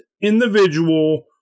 individual